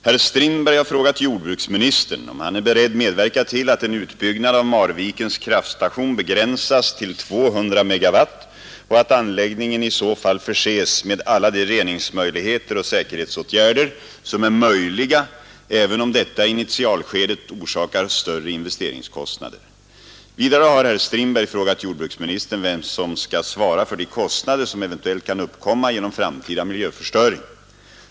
Herr Strindberg har frågat jordbruksministern om han är beredd medverka till att en utbyggnad av Marvikens kraftstation begränsas till 200 MW och att anläggningen i så fall förses med alla de reningsmöjligheter och säkerhetsåtgärder som är möjliga, även om detta i initialskedet orsakar större investeringskostnader. Vidare har herr Strindberg frågat jordbruksministern vem som skall svara för de kostnader som eventuellt kan uppkomma genom framtida miljöförstöring.